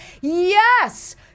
Yes